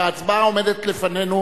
וההצבעה העומדת לפנינו